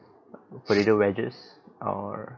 potato wedges or